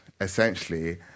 essentially